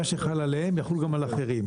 מה שחל עליהם יחול גם על אחרים.